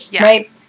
right